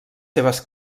seves